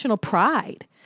pride